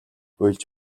уйлж